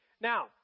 Now